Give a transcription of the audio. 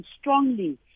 strongly